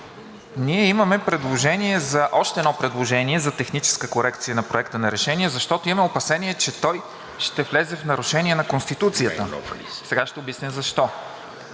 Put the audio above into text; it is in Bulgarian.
Ние имаме още едно предложение за техническа корекция на Проекта на решение, защото имаме опасение, че той ще влезе в нарушение на Конституцията. Сега ще обясня защо.